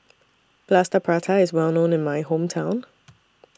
Plaster Prata IS Well known in My Hometown